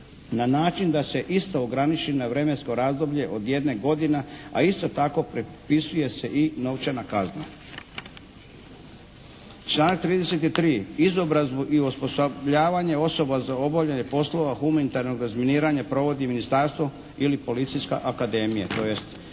Na način da se isto ograniči na vremensko razdoblje od jedne godine a isto tako prepisuje se i novčana kazna. Članak 33. Izobrazbu i osposobljavanje osoba za obavljanje poslova humanitarnog razminiranja provodi ministarstvo ili policijska akademija